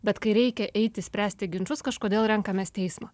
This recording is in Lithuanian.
bet kai reikia eiti spręsti ginčus kažkodėl renkamės teismą